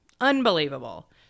Unbelievable